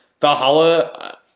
Valhalla